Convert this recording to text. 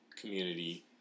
community